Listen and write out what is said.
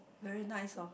very nice hor